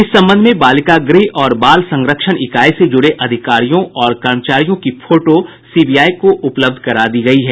इस संबंध में बालिका गृह तथा बाल संरक्षण इकाई से जुड़े अधिकारियों और कर्मचारियों की फोटो सीबीआई को उपलब्ध करा दी गयी है